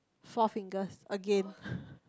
Four-Fingers again